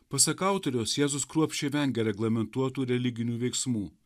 pasak autoriaus jėzus kruopščiai vengia reglamentuotų religinių veiksmų